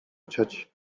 cioci